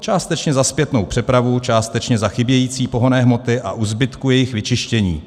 Částečně za zpětnou přepravu, částečně za chybějící pohonné hmoty a u zbytku jejich vyčištění.